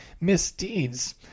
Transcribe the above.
Misdeeds